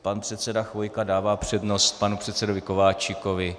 Pan předseda Chvojka dává přednost panu předsedovi Kováčikovi.